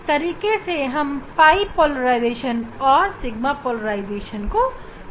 इस तरीके से हम पाई पोलराइजेशन और सिगमा पोलराइजेशन को दर्शाते हैं